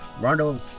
Rondo